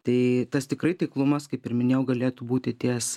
tai tas tikrai taiklumas kaip ir minėjau galėtų būti ties